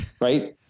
Right